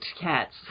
cats